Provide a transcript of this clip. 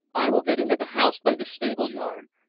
i will get into the house by the stable-yard,